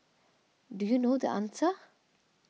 do you know the answer